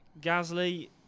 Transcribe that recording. Gasly